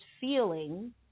feeling